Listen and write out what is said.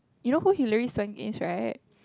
you know who Hillary-Swank is right